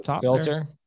Filter